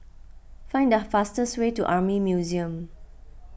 find the fastest way to Army Museum